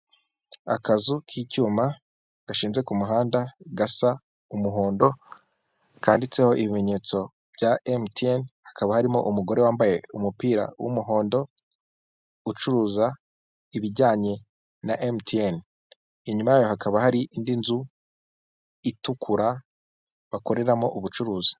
Akazu k'icyuma gashinze ku muhanda gasa umuhondo kanditseho ibimenyetso bya emutiyeni hakaba harimo umugore wambaye umupira w'umuhondo ucuruza ibijyanye na emutiyeni, inyuma yayo hakaba hari indi nzu itukura bakoreramo ubucuruzi.